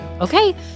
Okay